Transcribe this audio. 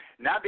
Now